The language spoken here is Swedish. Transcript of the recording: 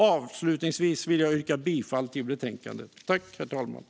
Avslutningsvis yrkar jag bifall till utskottets förslag i betänkandet.